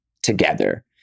together